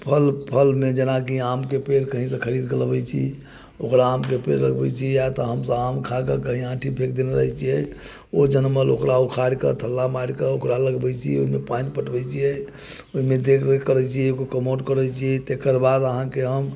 फल फल मे जेना की आम के पेड़ कहीॅं से खरीद के लबै छी ओकरा आम के पेड़ लगबै छी या तहन हमसब आम खा के कहीॅं ऑंठी फेक देने रहै छियै ओ जनमल ओकरा उखारि के थल्ला मारि के ओकरा लगबै छियै ओहिमे पानि पटबै छियै ओहिमे देख रेख करै छियै ओकर कमौट करै छियै तकर बाद अहाँके हम